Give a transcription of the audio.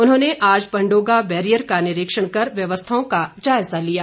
उन्होंने आज पंडोगा बैरियर का निरीक्षण कर व्यवस्थाओं का जायजा लिया